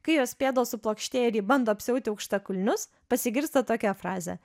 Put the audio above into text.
kai jos pėdos suplokštėja ir ji bando apsiauti aukštakulnius pasigirsta tokia frazė